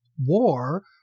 war